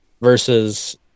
versus